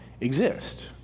exist